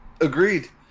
agreed